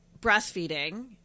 breastfeeding